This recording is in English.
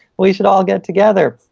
we should all get together.